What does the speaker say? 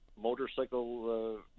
Motorcycle